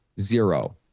Zero